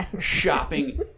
shopping